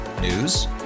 News